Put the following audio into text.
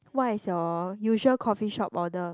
what is your usual coffeeshop order